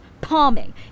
palming